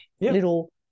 little